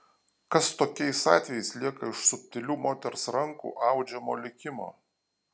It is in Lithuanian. kas tokiais atvejais lieka iš subtilių moters rankų audžiamo likimo